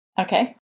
Okay